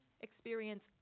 experience